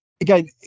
Again